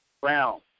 Brown